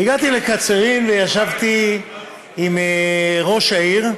הגעתי לקצרין וישבתי עם ראש העיר,